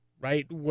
right